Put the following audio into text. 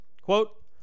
Quote